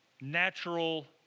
natural